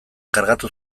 kargatu